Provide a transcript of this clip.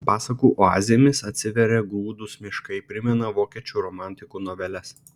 pasakų oazėmis atsiverią gūdūs miškai primena vokiečių romantikų noveles